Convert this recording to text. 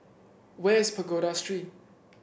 where is Pagoda Street